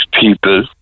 people